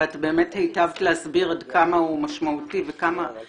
ואת באמת היטבת להסביר עד כמה הוא משמעותי וכמה